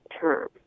term